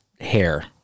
hair